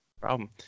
Problem